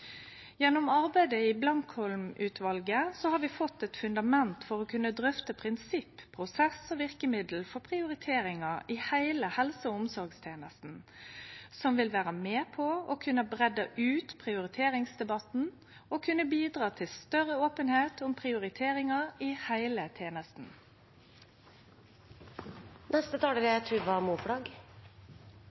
Gjennom arbeidet i Blankholm-utvalet har vi fått eit fundament for å kunne drøfte prinsipp, prosessar og verkemiddel for prioriteringar i heile helse- og omsorgstenesta som vil vere med på å breidde ut prioriteringsdebatten og bidra til større openheit om prioriteringar i heile